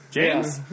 James